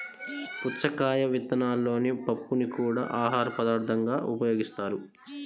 పుచ్చకాయ విత్తనాలలోని పప్పుని కూడా ఆహారపదార్థంగా ఉపయోగిస్తారు